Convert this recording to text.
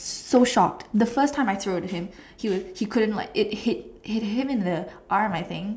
so shock the first time I throw it at him he was he couldn't like it hit hit him in the arm I think